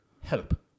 help